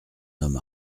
homme